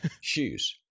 shoes